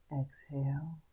exhale